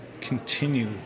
continue